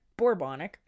Bourbonic